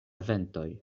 ventoj